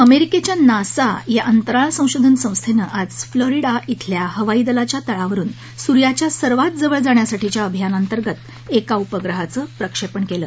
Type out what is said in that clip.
अमेरिकेच्या नासा या अंतराळ संशोधन संस्थेनं आज फ्लोरिडा इथल्या हवाईदलाच्या तळावरून सूर्याच्या सर्वात जवळ जाण्यासाठीच्या अभियानांतर्गत एका उपग्रहाचं प्रक्षेपण केलं